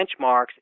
benchmarks